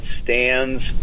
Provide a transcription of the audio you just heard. stands